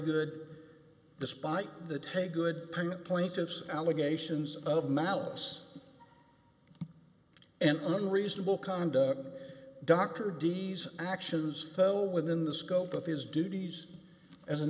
good despite the take good payment plaintiffs allegations of malice and unreasonable conduct dr deeds actions fell within the scope of his duties as an